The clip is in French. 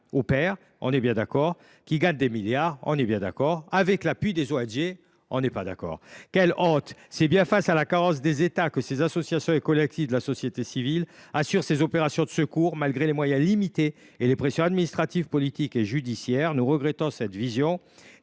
humains, les mafias gagnent des milliards – on est bien d’accord !– avec l’appui des ONG – on n’est pas d’accord ! Quelle honte ! En effet, c’est bien du fait de la carence des États que ces associations et collectifs de la société civile assurent ces opérations de secours malgré des moyens limités et des pressions administratives, politiques et judiciaires. Nous regrettons cette vision,